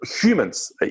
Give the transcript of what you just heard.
humans